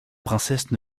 princesse